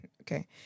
Okay